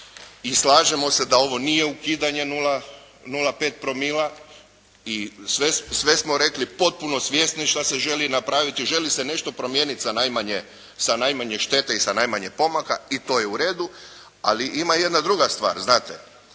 i slažemo se da ovo nije ukidanje 0,5 promila i sve smo rekli, potpuno svjesni šta se želi napraviti. Želi se nešto promijeniti sa najmanje štete i sa najmanje pomaka i to je u redu. Ali ima jedna druga stvar. Znate,